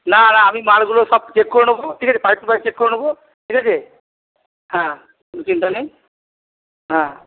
না না আমি মালগুলো সব চেক করে নেব ঠিক আছে পাই টু পাই চেক করে নেব ঠিক আছে হ্যাঁ কোনো চিন্তা নেই হ্যাঁ